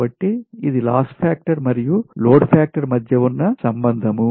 కాబట్టి ఇది loss factor మరియు లోడ్ ఫాక్టర్ మధ్య ఉన్న సంబంధం